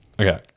Okay